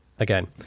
Again